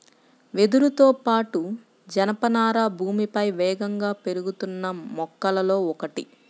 వెదురుతో పాటు, జనపనార భూమిపై వేగంగా పెరుగుతున్న మొక్కలలో ఒకటి